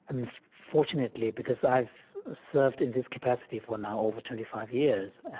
and fortunately, because i've served in this capacity for now over twenty five years,